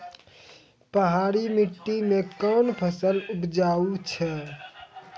पहाड़ी मिट्टी मैं कौन फसल उपजाऊ छ?